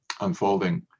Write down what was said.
unfolding